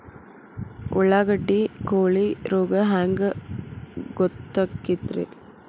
ಉಳ್ಳಾಗಡ್ಡಿ ಕೋಳಿ ರೋಗ ಹ್ಯಾಂಗ್ ಗೊತ್ತಕ್ಕೆತ್ರೇ?